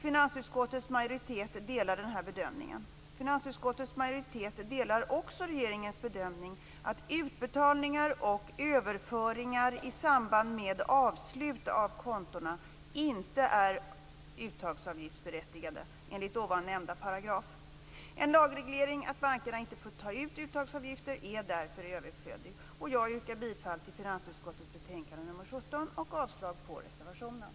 Finansutskottets majoritet delar den bedömningen. Finansutskottets majoritet delar också regeringens bedömning att utbetalningar och överföringar i samband med avslut av kontona inte är uttagsavgiftsberättigade enligt nämnda paragraf. En lagreglering av att bankerna inte får ta ut uttagsavgifter är därför överflödig. Jag yrkar bifall till hemställan i finansutskottets betänkande nr 17 och avslag på reservationen.